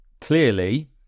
clearly